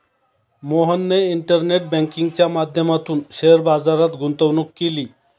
मोहनने इंटरनेट बँकिंगच्या माध्यमातून शेअर बाजारात गुंतवणूक केली